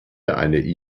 eine